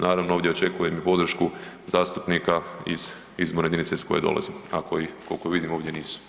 Naravno, ovdje očekujem i podršku zastupnika iz izborne jedinice iz kojeg dolazim, ako i, koliko vidim ovdje, nisu.